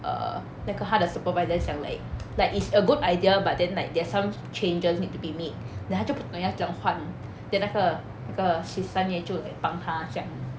err 那个她的 supervisors are like like it's a good idea but then like there's some changes need to be made then 她就不懂要怎样换 then 那个那个十三爷就 like 帮她想